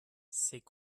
c’est